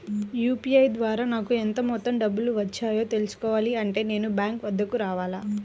UPI ద్వారా నాకు ఎంత మొత్తం డబ్బులు వచ్చాయో తెలుసుకోవాలి అంటే నేను బ్యాంక్ వద్దకు రావాలా?